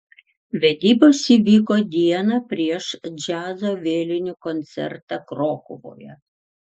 vedybos įvyko dieną prieš džiazo vėlinių koncertą krokuvoje